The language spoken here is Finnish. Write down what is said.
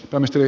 männistö